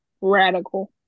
radical